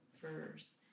first